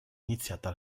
iniziata